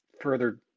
further